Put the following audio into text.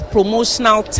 Promotional